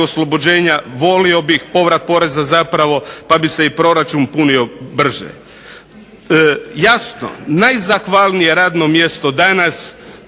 oslobođenja, volio bih povrat poreza zapravo pa bi se i proračun punio brže. Jasno, najzahvalnije radno mjesto danas,